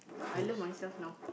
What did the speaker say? I love myself now